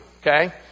okay